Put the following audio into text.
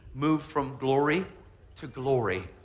move from glory to glory.